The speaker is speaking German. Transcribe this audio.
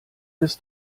des